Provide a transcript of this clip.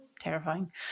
Terrifying